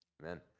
Amen